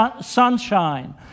sunshine